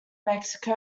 mexico